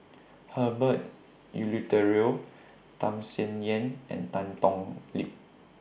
Herbert Eleuterio Tham Sien Yen and Tan Thoon Lip